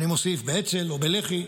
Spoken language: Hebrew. אני מוסיף, באצ"ל או בלח"י,